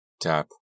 Tap